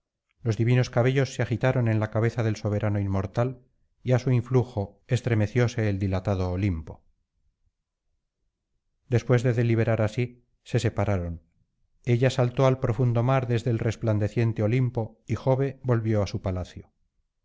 los divinos cabellos se agitaron en la cabeza del soberano inmortal y á su influjo estremecióse el dilatado olimpo después de deliberar así se separaron ella saltó al profundo mar desde el resplandeciente olimpo y jove volvió á su palacio